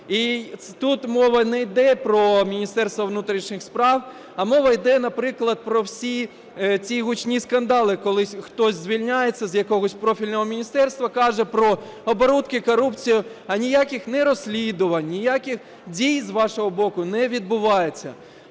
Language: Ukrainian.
І тут мова не йде про Міністерство внутрішніх справ, а мова йде, наприклад, про всі ці гучні скандали, коли хтось звільняється з якогось профільного міністерства, каже про оборудки, корупцію, а ніяких не розслідувань, ніяких дій з вашого боку не відбувається.